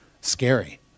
Scary